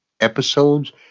episodes